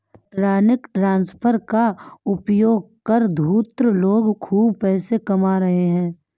electronic transfer का उपयोग कर धूर्त लोग खूब पैसे लूट रहे हैं